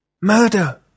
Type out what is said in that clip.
Murder